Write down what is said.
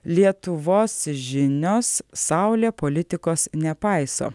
lietuvos žinios saulė politikos nepaiso